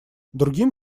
другим